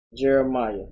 Jeremiah